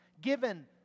given